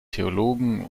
theologen